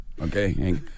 Okay